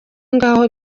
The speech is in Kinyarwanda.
ngo